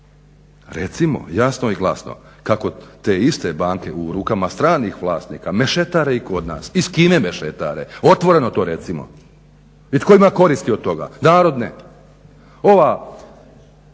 Recimo jasno i glasno kako te iste banke u rukama stranih vlasnika mešetare i kod nas. Iz Kine mešetare, otvoreno to recimo. I tko ima koristi od toga, narodne, ova